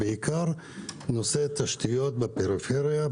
בעיקר תשתיות בפריפריה,